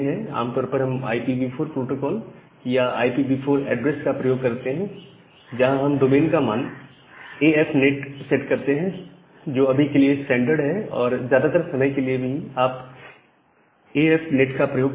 आमतौर पर हम IPv4 प्रोटोकॉल या IPV4 एड्रेस का प्रयोग करते हैं तो यहां हम डोमेन का मान AF NET सेट करते हैं जो अभी के लिए स्टैंडर्ड है और ज्यादातर समय के लिए आप AF NET प्रयोग करेंगे